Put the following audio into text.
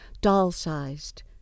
doll-sized